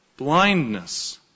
Blindness